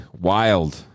wild